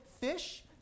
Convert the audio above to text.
fish